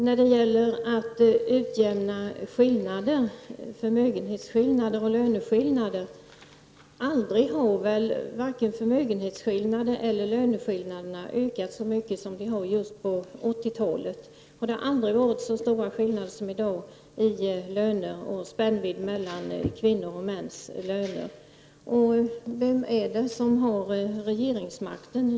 När det gäller att utjämna förmögenhetsskillnader och löneskillnader så har väl förmögenhetsskillnaderna eller löneskillnaderna aldrig ökat så mycket som under 80-talet. Det har aldrig varit så stora skillnader som i dag när det gäller löner och när det gäller spännvidden mellan kvinnors och mäns löner. Och vem är det som har regeringsmakten?